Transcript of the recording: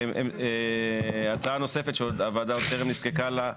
הצעה נוספת שהוועדה יותר נזקקה לה,